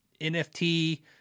NFT